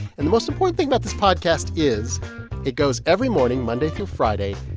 and the most important thing about this podcast is it goes every morning, monday through friday,